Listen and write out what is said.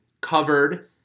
covered